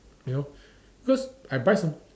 you know because I buy some